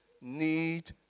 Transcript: need